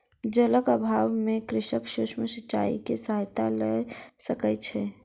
जलक अभाव में कृषक सूक्ष्म सिचाई के सहायता लय सकै छै